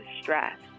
stress